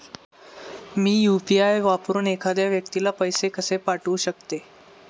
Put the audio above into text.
मी UPI वापरून एखाद्या व्यक्तीला पैसे कसे पाठवू शकते?